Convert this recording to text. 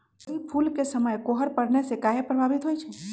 तोरी फुल के समय कोहर पड़ने से काहे पभवित होई छई?